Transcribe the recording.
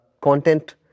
content